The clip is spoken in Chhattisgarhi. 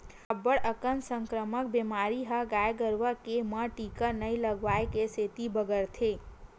अब्बड़ कन संकरामक बेमारी ह गाय गरुवा के म टीका नइ लगवाए के सेती बगरथे